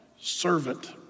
Servant